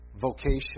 vocation